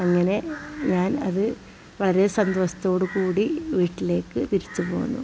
അങ്ങനെ ഞാൻ അത് വളരെ സന്തോഷത്തോടുകൂടി വീട്ടിലേക്ക് തിരിച്ച് പോന്നു